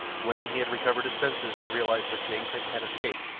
when he had recovered his senses and realized that jane clayton had escaped,